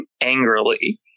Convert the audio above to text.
angrily